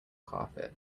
carpet